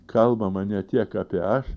kalbama ne tiek apie aš